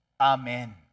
Amen